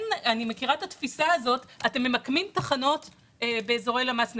אני מכירה את התפיסה הזאת: אתם ממקמים תחנות באזורי למ"ס נמוכים.